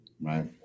Right